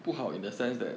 不好 in the sense that